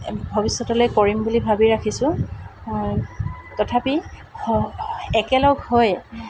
ভৱিষ্যতলৈ কৰিম বুলি ভাবি ৰাখিছোঁ তথাপি একেলগ হৈ